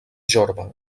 jorba